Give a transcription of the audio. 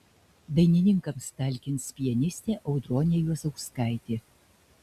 dainininkams talkins pianistė audronė juozauskaitė